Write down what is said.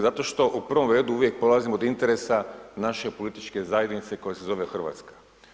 Zato što u prvom redu uvijek polazim od interesa naše političke zajednice koja se zove Hrvatska.